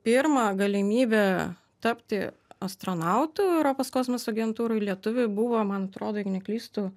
pirmą galimybę tapti astronautu europos kosmoso agentūroj lietuviui buvo man atrodo jei neklystu